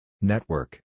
Network